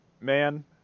man